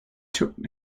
took